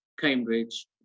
Cambridge